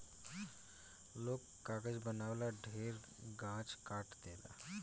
लोग कागज बनावे ला ढेरे गाछ काट देता